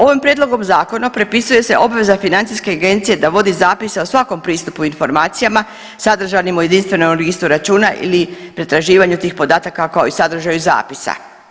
Ovim prijedlogom zakona propisuje se obveza FINA-e da vodi zapis o svakom pristupu informacijama sadržanim u jedinstvenom listu računa ili pretraživanju tih podataka, kao i sadržaju zapisa.